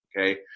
Okay